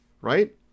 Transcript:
right